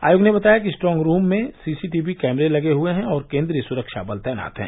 आयोग ने बताया है कि स्ट्रोंग रूम में सीसीटीवी कैमरे लगे हुए हैं और केन्द्रीय सुरक्षाबल तैनात हैं